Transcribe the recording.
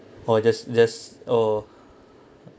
or just just oh